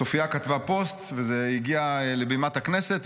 צופיה כתבה פוסט וזה הגיע לבימת הכנסת.